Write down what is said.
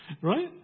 right